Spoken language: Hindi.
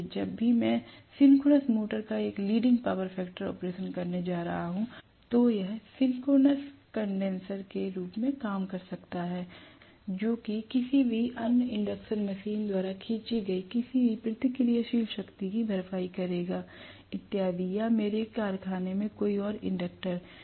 इसलिए जब भी मैं सिंक्रोनस मोटर का एक लीडिंग पावर फैक्टर ऑपरेशन करने जा रहा हूँ तो यह एक सिंक्रोनस कंडेनसर के रूप में काम कर सकता है जो कि किसी भी अन्य इंडक्शन मशीन द्वारा खींची गई किसी भी प्रतिक्रियाशील शक्ति की भरपाई करेगा इत्यादि या मेरे कारखाने में कोई और इंडक्टर